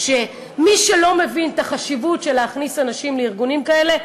מי שלא מבין את החשיבות של להכניס אנשים לארגונים כאלה,